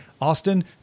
Austin